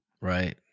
Right